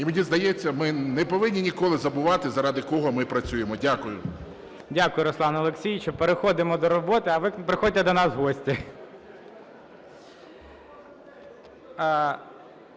І мені здається, ми не повинні ніколи забувати, заради кого ми працюємо. Дякую. ГОЛОВУЮЧИЙ. Дякую, Руслане Олексійовичу. Переходимо до роботи. А ви приходьте до нас в гості.